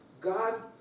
God